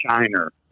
Shiner